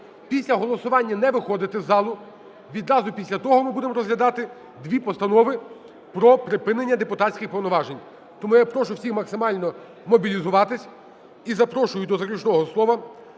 Після голосування не виходити з залу, відразу після того ми будемо розглядати дві постанови про припинення депутатських повноважень. Тому я прошу всіх максимально мобілізуватись і запрошую до заключного слова